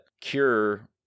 cure